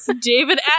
David